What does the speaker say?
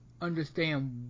understand